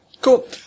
Cool